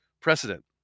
precedent